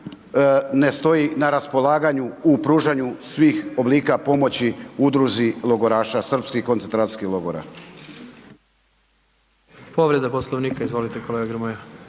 ne stoji na raspolaganju u pružanju svih oblika pomoći Udruzi logoraša srpskih koncentracijskih logora.